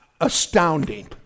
astounding